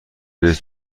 رییس